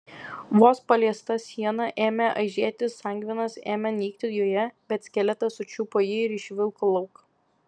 vos paliesta siena ėmė aižėti sangvinas ėmė nykti joje bet skeletas sučiupo jį ir išvilko lauk